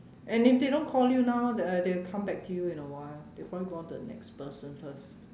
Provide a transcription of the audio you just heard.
and if they don't call you now the they will come back to you in a while they will probably go on to the next person first